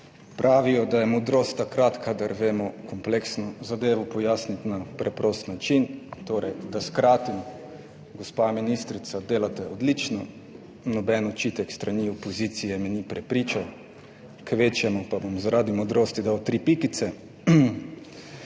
Pravijo, da je modrost takrat, kadar vemo kompleksno zadevo pojasniti na preprost način. Torej, da s kratkim. Gospa ministrica, delate odlično, noben očitek s strani opozicije me ni prepričal, kvečjemu pa bom, zaradi modrosti dal tri pikice.